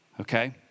Okay